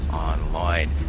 online